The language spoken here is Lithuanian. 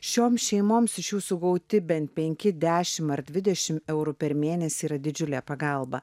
šioms šeimoms iš jų sugauti bent penki dešim ar dvidešim eurų per mėnesį yra didžiulė pagalba